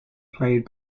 played